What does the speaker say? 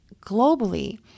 globally